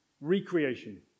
recreation